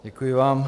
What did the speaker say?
Děkuji vám.